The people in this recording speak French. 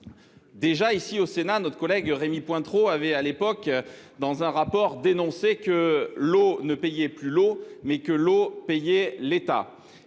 Déjà ici au Sénat, notre collègue Rémy Pointereau avait à l'époque dans un rapport, dénoncé que l'eau ne payait plus l'eau, mais que l'eau payer l'État